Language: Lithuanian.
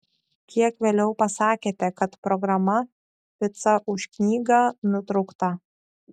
kiek vėliau pasakėte kad programa pica už knygą nutraukta